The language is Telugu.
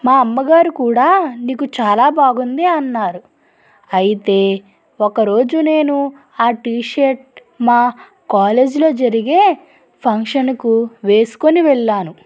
మా అమ్మ గారు కూడా నీకు చాలా బాగుంది అన్నారు అయితే ఒకరోజు నేను ఆ టీషర్ట్ మా కాలేజీలో జరిగే ఫంక్షన్కు వేసుకుని వెళ్ళాను